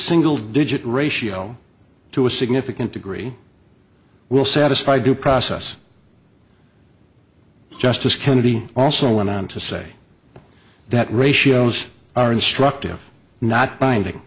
single digit ratio to a significant degree will satisfy due process justice kennedy also went on to say that ratios are instructive not